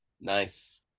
Nice